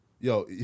yo